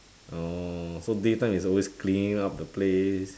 orh so day time is always cleaning up the place